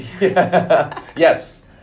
Yes